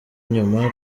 inyuma